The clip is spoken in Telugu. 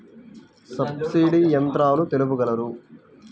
సబ్సిడీ యంత్రాలు తెలుపగలరు?